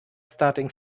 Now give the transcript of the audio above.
starting